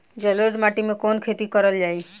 जलोढ़ माटी में कवन खेती करल जाई?